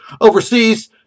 Overseas